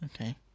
Okay